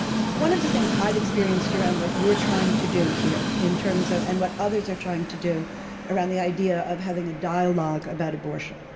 one of the things i've experienced around what you're trying to do here in terms of and what others are trying to do around the idea of having a dialogue about abortion.